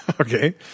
Okay